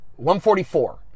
144